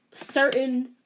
certain